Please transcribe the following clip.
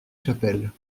chapelle